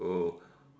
oh